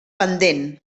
pendent